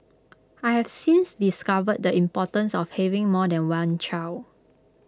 I have since discovered the importance of having more than one child